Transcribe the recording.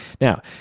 Now